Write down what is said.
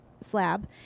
slab